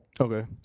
Okay